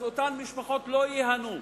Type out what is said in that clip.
אז אותן משפחות לא ייהנו,